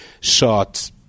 shot